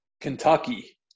Kentucky